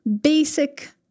basic